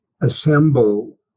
assemble